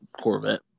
Corvette